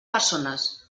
persones